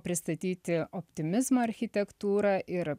pristatyti optimizmo architektūrą ir